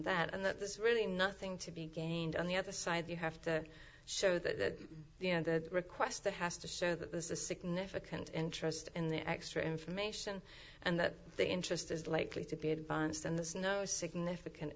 that and that there's really nothing to be gained on the other side you have to show that you know the request that has to show that there's a significant interest in the extra information and that the interest is likely to be advanced and there's no significant